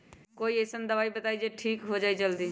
कोई अईसन दवाई बताई जे से ठीक हो जई जल्दी?